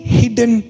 hidden